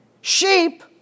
Sheep